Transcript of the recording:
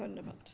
ধন্যবাদ